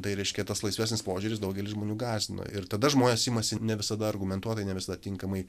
tai reiškia tas laisvesnis požiūris daugelį žmonių gąsdino ir tada žmonės imasi ne visada argumentuotai ne visada tinkamai